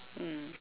mm